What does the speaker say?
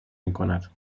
میکند